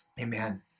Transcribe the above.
Amen